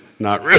not really.